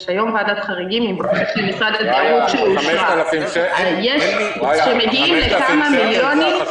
יש היום ועדת חריגים עם בקשה של משרד התיירות שאושרה של כמה מיליונים.